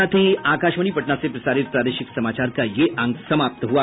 इसके साथ ही आकाशवाणी पटना से प्रसारित प्रादेशिक समाचार का ये अंक समाप्त हुआ